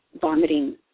vomiting